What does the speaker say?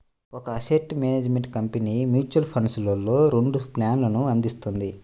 ఒక asset management company mutual ఫండ్స్లో రెండు ప్లాన్లను అందిస్తుంది